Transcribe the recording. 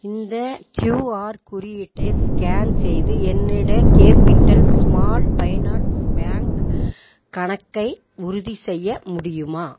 இந்த க்யூஆர் குறியீட்டை ஸ்கேன் செய்து என்னிடய கேப்பிட்டல் ஸ்மால் ஃபைனான்ஸ் பேங்க் கணக்கை உறுதிசெய்ய முடியுமா